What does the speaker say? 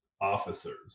officers